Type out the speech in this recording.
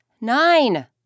nine